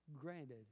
granted